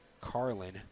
Carlin